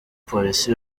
polisi